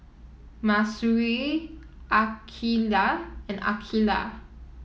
Mahsuri Aqeelah and Aqeelah